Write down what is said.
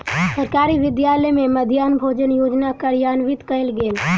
सरकारी विद्यालय में मध्याह्न भोजन योजना कार्यान्वित कयल गेल